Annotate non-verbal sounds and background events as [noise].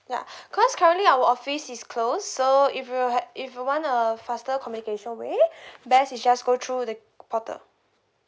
ya [breath] cause currently our office is closed so if you had if you want a faster communication way [breath] best is just go through the portal